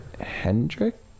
Hendrick